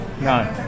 No